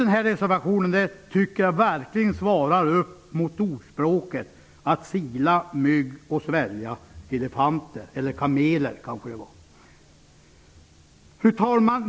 Den här reservationen tycker jag verkligen motsvarar ordspråkets talesätt att sila mygg men svälja elefanter. Fru talman!